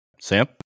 Sam